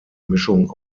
mischung